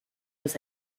was